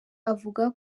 avuga